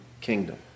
kingdom